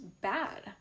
bad